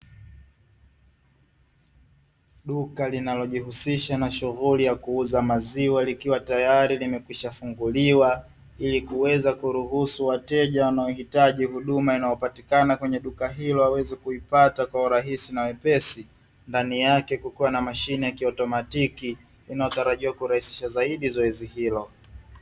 Duka linalojihusisha na shughuli ya kuuza maziwa likiwa tayari limekwisha funguliwa ili kuweza kuruhusu wateja wanaohitaji huduma inayopatikana kwenye duka hilo waweze kuipata kwa urahisi na wepesi. Ndani yake kukiwa na mashine ya kiotomatiki inayotarajiwa kurahisisha zaidi zoezi hilo.